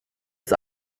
ist